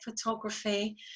photography